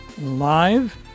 live